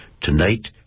tonight